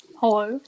hello